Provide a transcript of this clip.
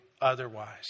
otherwise